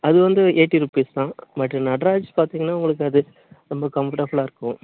அது வந்து eighty rupees தான் பட் நட்ராஜ் பார்த்தீங்கன்னா உங்களுக்கு அது ரொம்ப கம்ஃபர்டபிளாக இருக்கும்